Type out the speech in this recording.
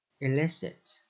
Illicit